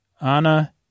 Anna